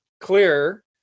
clear